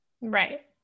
right